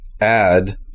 add